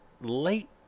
late